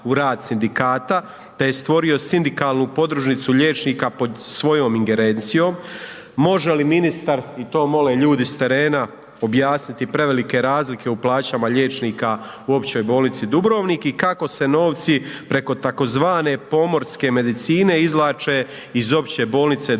u rad sindikata te je stvorio sindikalnu podružnicu liječnika pod svojom ingerencijom. Može li ministar i to mole ljudi s terena objasniti prevelike razlike u plaćama liječnika u Općoj bolnici Dubrovnik i kako se novci preko tzv. pomorske medicine izvlače iz Opće bolnice Dubrovnik,